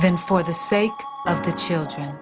then for the sake of the children